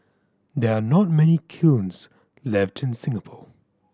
there are not many kilns left in Singapore